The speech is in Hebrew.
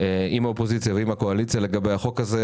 עם האופוזיציה ועם הקואליציה לגבי החוק הזה,